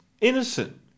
innocent